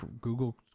Google